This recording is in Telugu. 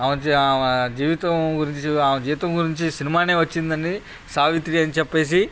ఆమె ఆమె జీవితం గురించి ఆమె జీవితం గురించి సినిమా వచ్చిందండి సావిత్రి అని చెప్పి